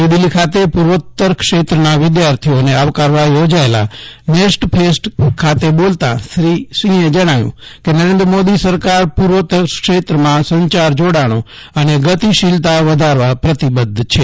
નવી દિલ્હી ખાતે પૂ વોત્તર ક્ષેત્રના વિદ્યાથીઓને આવકારવા યોજાયેલા નેસ્ટ ફેસ્ટ ખાતે બોલતા શ્રી સિંહે જણાવ્યં કે નરેન્દ્ર મોદી સરકાર પૂ વોત્તર ક્ષેત્રોમાં સં ચાર જાડાણો અને ગતિશીલતા વધારવા પ્રતિબધ્ધ છે